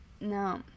No